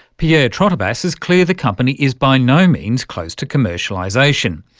pierre trotobas is clear the company is by no means close to commercialisation,